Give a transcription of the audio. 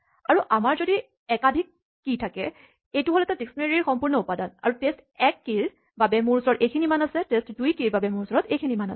আৰু আমাৰ যদি একাধিক কীচাবি থাকে এইটো হ'ল এটা ডিস্কনেৰীঅভিধানৰ সম্পূৰ্ণ উপাদান আৰু টেষ্ট১ কীচাবিৰ বাবে মোৰ ওচৰত এইখিনি মান আছে টেষ্ট২ কীচাবিৰ কাৰণে এইখিনি আছে